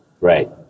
Right